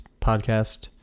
podcast